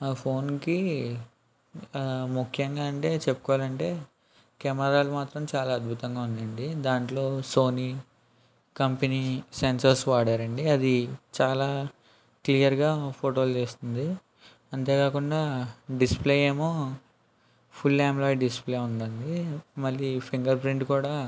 ఆ ఫోన్కి ముఖ్యంగా అంటే చెప్పుకోవాలి అంటే కెమెరాలు మాత్రం చాలా అద్భుతంగా ఉంది అండి దాంట్లో సోనీ కంపెనీ సెన్సార్స్ వాడారు అండి అది చాలా క్లియర్గా ఫోటోలు తీస్తుంది అంతే కాకుండా డిస్ప్లే ఏమో ఫుల్ అమోల్ద్ డిస్ప్లే ఉంది అండి మళ్ళీ ఫింగర్ ప్రింట్ కూడా